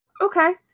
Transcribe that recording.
Okay